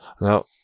Now